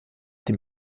dem